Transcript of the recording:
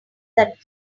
that